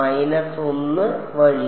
minus 1 വഴി